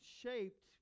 shaped